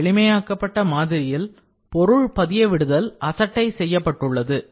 இந்த எளிமையாக்கப்பட்டமாதிரியில் பொருள் பதிய விடுதல் அசட்டை செய்யப்பட்டுள்ளது